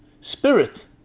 Spirit